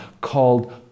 called